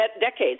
decades